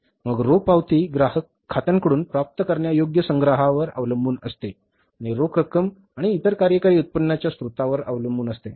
मग रोख पावती ग्राहक खात्यांकडून प्राप्त करण्यायोग्य संग्रहांवर अवलंबून असते आणि रोख रक्कम आणि इतर कार्यकारी उत्पन्नाच्या स्त्रोतांवर अवलंबून असते